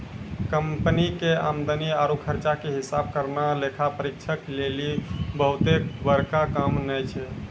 company के आमदनी आरु खर्चा के हिसाब करना लेखा परीक्षक लेली बहुते बड़का काम नै छै